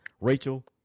Rachel